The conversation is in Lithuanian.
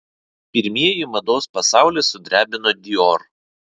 pirmieji mados pasaulį sudrebino dior